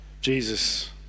Jesus